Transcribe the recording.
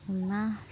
ᱚᱱᱟ